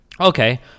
Okay